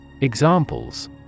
Examples